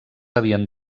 havien